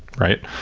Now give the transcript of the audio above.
right?